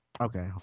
Okay